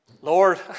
Lord